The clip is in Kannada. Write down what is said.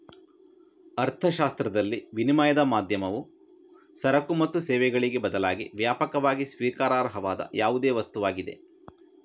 ಅರ್ಥಶಾಸ್ತ್ರದಲ್ಲಿ, ವಿನಿಮಯದ ಮಾಧ್ಯಮವು ಸರಕು ಮತ್ತು ಸೇವೆಗಳಿಗೆ ಬದಲಾಗಿ ವ್ಯಾಪಕವಾಗಿ ಸ್ವೀಕಾರಾರ್ಹವಾದ ಯಾವುದೇ ವಸ್ತುವಾಗಿದೆ